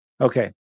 Okay